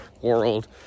world